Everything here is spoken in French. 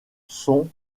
sont